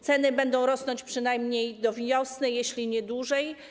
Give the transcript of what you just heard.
Ceny będą rosnąć przynajmniej do wiosny, jeśli nie dłużej.